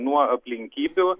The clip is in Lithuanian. nuo aplinkybių